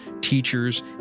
teachers